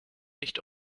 nicht